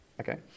Okay